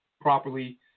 properly